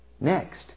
Next